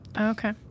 Okay